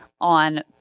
on